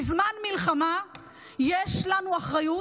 בזמן מלחמה יש לנו אחריות,